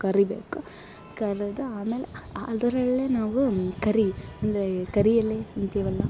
ಕರಿಬೇಕು ಕರೆದು ಆಮೇಲೆ ಅದರಲ್ಲೇ ನಾವು ಕರಿ ಅಂದರೆ ಕರಿ ಎಲೆ ಅಂತೀವಲ್ಲ